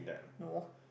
no